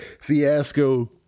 fiasco